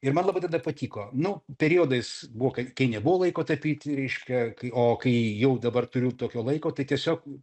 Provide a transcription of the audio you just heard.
ir man labai tada patiko nu periodais buvo kai nebuvo laiko tapyti reiškia kai o kai jau dabar turiu tokio laiko tai tiesiog